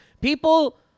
People